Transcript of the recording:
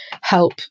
help